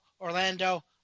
Orlando